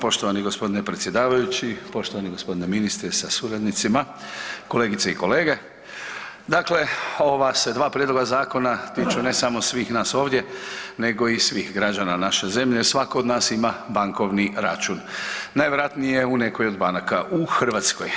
Poštovani gospodine predsjedavajući, poštovani gospodine ministre sa suradnicima, kolegice i kolege, dakle ova se dva prijedloga zakona tiču ne samo svih nas ovdje nego i svih građana naše zemlje svako od nas ima bankovni račun najvjerojatnije u nekoj od banaka u Hrvatskoj.